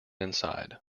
inside